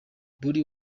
buri